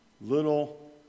little